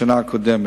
בשנה הקודמת.